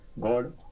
God